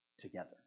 together